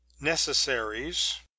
necessaries